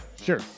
Sure